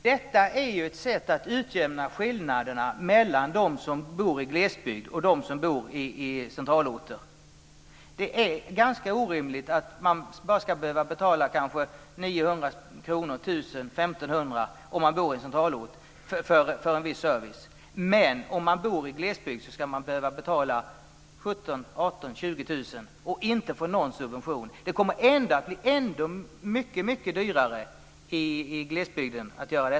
Fru talman! Detta är ett sätt att utjämna skillnaderna mellan dem som bor i glesbygd och dem som bor i centralorter. Det är ganska orimligt att man bara ska behöva betala 900-1 500 kr om man bor i en centralort för en viss service, men om man bor i glesbygd ska man behöva betala 17 000-20 000 och inte få någon subvention. Det kommer ändå att bli mycket dyrare i glesbygden.